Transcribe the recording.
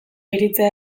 iritzia